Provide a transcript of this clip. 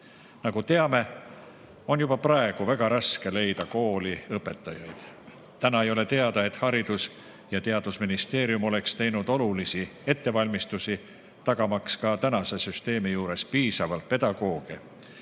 Nagu teame, juba praegu on väga raske leida kooli õpetajaid. Täna ei ole teada, et Haridus- ja Teadusministeerium oleks teinud olulisi ettevalmistusi, tagamaks praegusegi süsteemi juures piisavalt pedagooge.